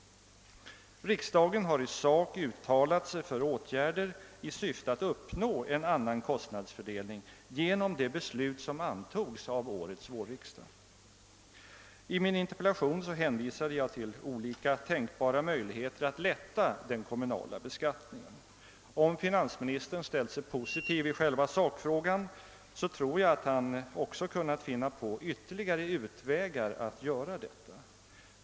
Riksdagen har i sak uttalat sig för åtgärder i syfte att uppnå en annan kostnadsfördelning genom det beslut som fattades av årets vårriksdag. I min interpellation hänvisade jag till olika tänkbara möjligheter att lätta den kommunala beskattningen. Jag tror att finansministern, om han ställt sig positiv i själva sakfrågan, också kunnat finna ytterligare utvägar härvid lag.